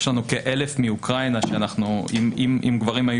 יש לנו כ-1,000 מאוקראינה שאם גברים היו